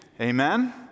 amen